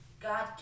God